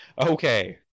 Okay